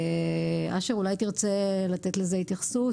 אשר, אולי תרצה לתת לזה התייחסות,